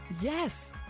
Yes